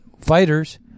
fighters